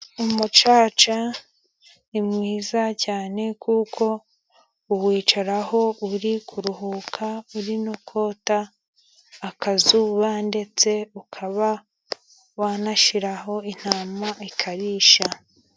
Umucaca ni mwiza cyane, kuko uwicaraho uri kuruhuka no kota akazuba, ndetse ukaba wanashyiraho intama ikarisha.